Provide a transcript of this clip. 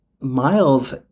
Miles